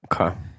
Okay